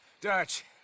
Dutch